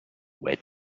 where